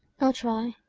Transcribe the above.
i'll try.